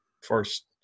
first